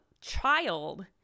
child